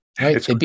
Right